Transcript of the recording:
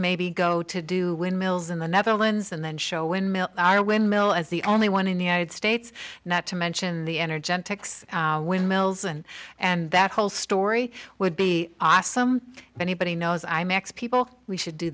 maybe go to do windmills in the netherlands and then show when our windmill as the only one in the united states not to mention the enter gentex windmills and and that whole story would be awesome if anybody knows imax people we should do